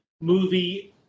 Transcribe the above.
movie